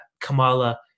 Kamala